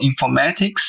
Informatics